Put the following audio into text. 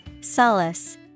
Solace